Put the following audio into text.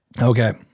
Okay